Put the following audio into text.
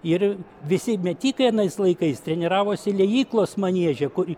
ir visi metikai anais laikais treniravosi liejyklos manieže kur